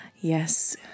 yes